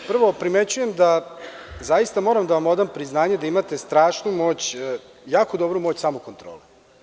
Prvo, primećujem da zaista moram da vam odam priznanje da imate strašnu moć, jako dobru moć samokontrole.